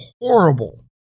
horrible